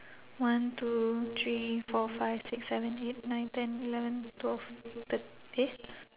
one two three four five six seven eight nine ten eleven twelve thirt~ eh